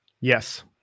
Yes